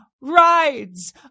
rides